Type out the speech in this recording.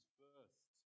first